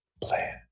plan